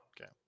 Okay